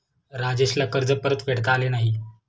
राजेशला कर्ज परतफेडता आले नाही